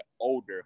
older